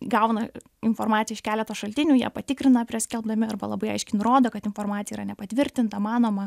gauna informaciją iš keleto šaltinių ją patikrina prieš skelbdami arba labai aiškiai nurodo kad informacija yra nepatvirtinta manoma